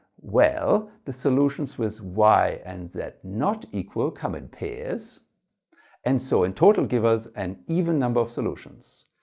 well the solutions with y and z not equal come in pairs and so in total give us an even number of solutions.